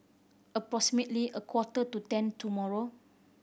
approximately a quarter to ten tomorrow